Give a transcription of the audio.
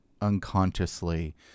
unconsciously